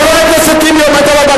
חבר הכנסת אפללו.